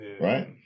right